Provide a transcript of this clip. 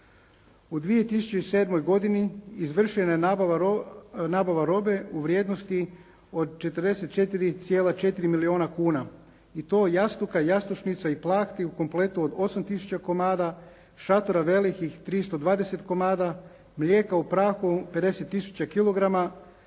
U 2007. godini izvršena je nabava robe u vrijednosti od 44,4 milijuna kuna i to jastuka, jastučnica i plahti u kompletu od 8 tisuća komada, šatora velikih 320 komada, mlijeka u prahu 50 tisuća kilograma,